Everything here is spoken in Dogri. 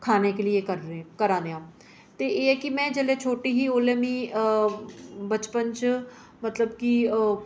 खाने के लिए करै ने आं ते एह् ऐ कि जेल्लै में छोटी ही ओल्लै मी बचपन च कि मतलब कि